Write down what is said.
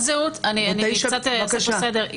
אני אעשה פה קצת סדר,